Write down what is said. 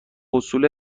حصول